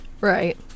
Right